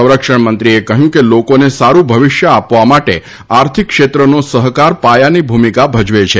સંરક્ષણમંત્રીએ કહ્યું કે લોકોને સારૂ ભવિષ્ય આપવા માટે આર્થિક ક્ષેત્રનો સહકાર પાયાની ભૂમિકા ભજવે છે